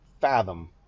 fathom